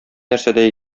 нәрсәдә